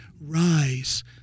rise